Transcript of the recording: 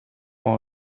ort